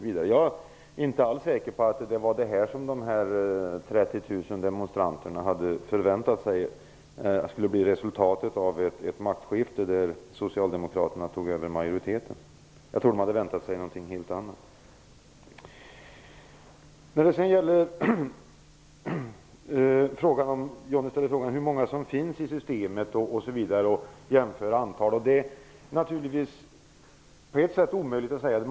Jag är inte alls säker på att det var detta som de 30 000 demonstranterna hade förväntat sig skulle bli resultatet av ett maktskifte där Socialdemokraterna tog över majoriteten. Jag tror att de hade väntat sig någonting helt annat. Johnny Ahlqvist ställer frågan hur många som finns i systemet och jämför antal. Det är på ett sätt omöjligt att göra det.